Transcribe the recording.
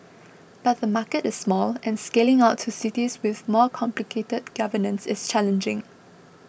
but the market is small and scaling out to cities with more complicated governance is challenging